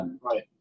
Right